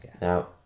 Now